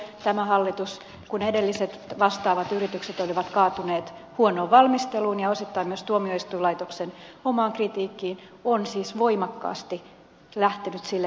tämä hallitus kun edelliset vastaavat yritykset olivat kaatuneet huonoon valmisteluun ja osittain myös tuomioistuinlaitoksen omaan kritiikkiin on siis voimakkaasti lähtenyt sille tielle mistä ed